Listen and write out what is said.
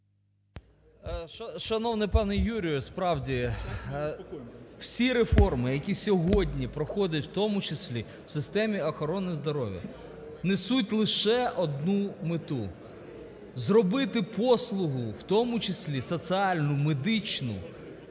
Шановний пане Юрію, справді, всі реформи, які сьогодні проходять, в тому числі в системі охорони здоров'я, несуть лише одну мету: зробити послугу, в тому числі соціальну, медичну,